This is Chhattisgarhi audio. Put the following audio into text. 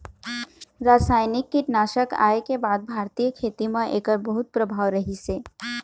रासायनिक कीटनाशक आए के बाद भारतीय खेती म एकर बहुत प्रभाव रहीसे